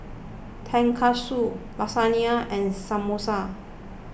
Tonkatsu Lasagne and Samosa